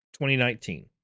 2019